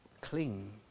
Cling